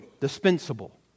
dispensable